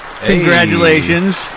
Congratulations